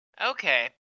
okay